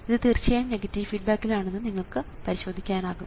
ഇത് തീർച്ചയായും നെഗറ്റീവ് ഫീഡ്ബാക്കിലാണെന്ന് നിങ്ങൾക്ക് പരിശോധിക്കാനാകും